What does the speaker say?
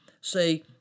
say